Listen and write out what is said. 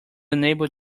unable